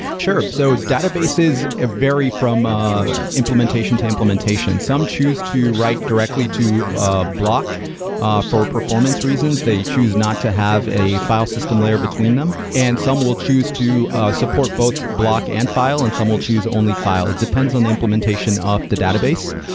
sure. so databases ah vary from ah implementation to implementation. some choose to write directly to ah block ah for performance reasons. they choose not to have a file system layer between them, and some will choose to ah support both block and file and some will choose only file. it depends on the implementation of the database.